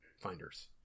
finders